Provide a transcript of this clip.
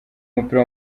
w’umupira